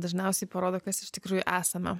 dažniausiai parodo kas iš tikrųjų esame